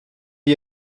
die